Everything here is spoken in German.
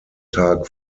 tag